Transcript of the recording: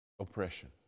oppression